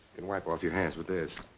can wipe off your hands with this.